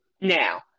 Now